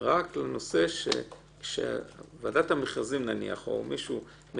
רק לגבי המידע שוועדת מכרזים מקבלת,